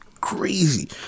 Crazy